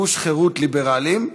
גוש חירות ליברלים,